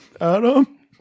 Adam